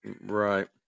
Right